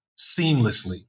seamlessly